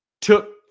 took